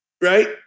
right